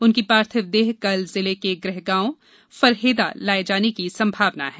उनकी पार्थिव देह कल जिले के गृह गांव फरहेदा लाए जाने की संभावना है